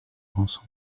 rançon